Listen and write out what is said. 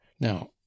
now